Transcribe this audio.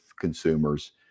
consumers